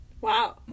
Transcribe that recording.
Wow